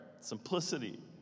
simplicity